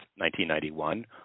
1991